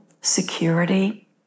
security